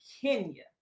Kenya